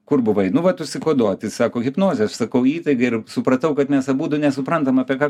kur buvai nu vat užsikoduot jis sako hipnozė aš sakau įtaiga ir supratau kad mes abudu nesuprantam apie ką